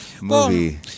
movie